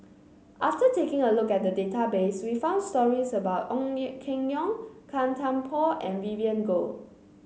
after taking a look at the database we found stories about Ong Keng Yong Gan Thiam Poh and Vivien Goh